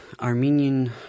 Armenian